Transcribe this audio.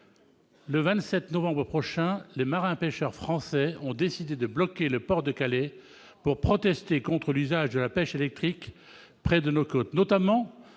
le 27 novembre prochain, les marins pêcheurs français ont décidé de bloquer le port de Calais pour protester contre l'usage de la pêche électrique près de nos côtes, notamment